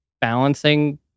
balancing